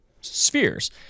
spheres